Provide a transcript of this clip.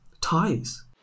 ties